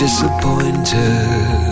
Disappointed